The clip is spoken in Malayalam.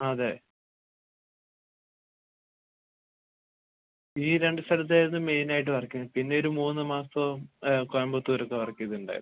അതെ ഈ രണ്ടു സ്ഥലത്തായിരുന്നു മെയിനായിട്ട് വർക്ക് ചെയ്തത് പിന്നെ ഒരു മൂന്ന് മാസം കോയമ്പത്തൂരൊക്കെ വർക്ക് ചെയ്തിട്ടുണ്ടായിരുന്നു